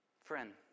Friend